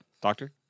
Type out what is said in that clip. Doctor